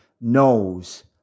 knows